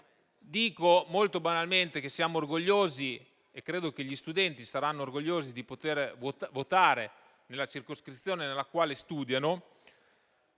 Molto banalmente, dico che siamo orgogliosi e credo che gli studenti saranno orgogliosi di poter votare nella circoscrizione nella quale studiano.